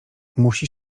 musi